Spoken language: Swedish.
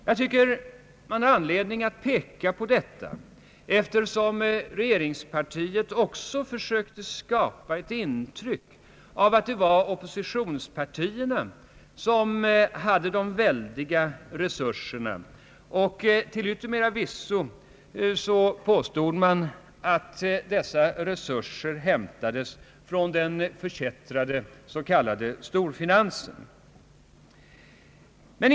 Jag tycker att man har anledning att peka på detta, eftersom regeringspartiet också försökte skapa ett intryck av att det var oppositionspartierna som hade de väldiga resurserna. Till yttermera visso påstod man att dessa resurser hämtades från den förkättrade s.k. storfinansen.